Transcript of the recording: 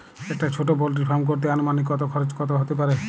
একটা ছোটো poultry farm করতে আনুমানিক কত খরচ কত হতে পারে?